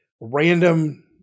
random